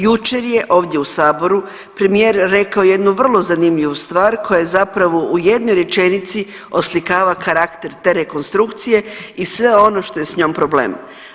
Jučer je ovdje u saboru premijer rekao jednu vrlo zanimljivu stvar koja zapravo u jednoj rečenici oslikava karakter te rekonstrukcije i sve ono što je s njom problem.